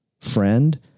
friend